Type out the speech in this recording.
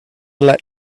let